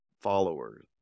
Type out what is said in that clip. followers